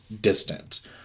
distant